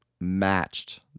matched